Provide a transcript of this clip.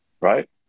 Right